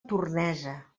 tornesa